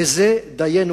בזה דיינו.